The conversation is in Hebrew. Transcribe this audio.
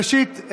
ראשית,